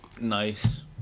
Nice